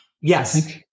Yes